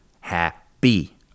happy